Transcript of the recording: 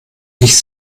nicht